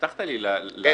אתה הבטחת לי לענות.